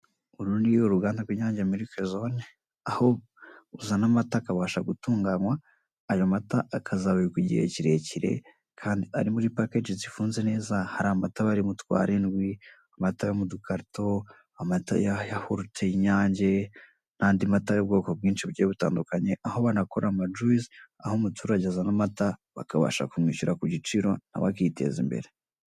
Uru ni uruganda rw'Inyange miriki zone, aho uzana amata akabasha gutunganywa, ayo mata akazabikwa igihe kirekire kandi ari muri pakeji zifunze neza, hari amata aba ari mu twarindwi, amata yo mu dukarito, amata ya yahurute y'Inyange n'andi mata y'ubwoko bwinshi bugiye butandukanye, aho banakora amajuwisi, aho umuturage azana amata bakabasha kumwishyura ku giciro, na we akiteza imbere.